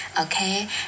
okay